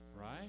Right